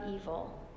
evil